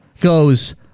goes